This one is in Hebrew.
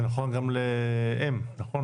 זה נכון גם לאם, נכון?